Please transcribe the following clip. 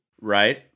Right